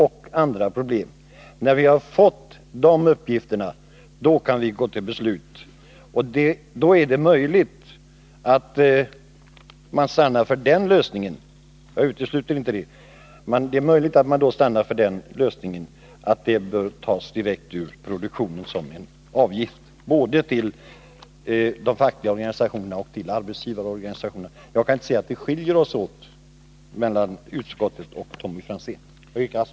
När vi har fått de uppgifterna kan vi gå till beslut. Då är det möjligt att man stannar för den lösningen — jag utesluter inte det — att medlen tas direkt ur produktionen som en avgift både till de fackliga organisationerna och till arbetsgivarorganisationerna. Jag kan inte se att vi skiljer oss åt. utskottet och Tommy Franzén. Herr talman!